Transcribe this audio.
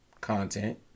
content